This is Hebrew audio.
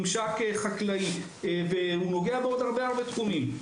גם כממשק חקלאי וגם נוגע בעוד תחומים נוספים רבים.